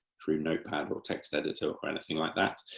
through notepad or text editor or anything like that,